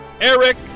Eric